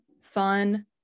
fun